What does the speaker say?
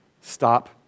stop